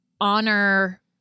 honor